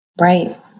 Right